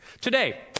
Today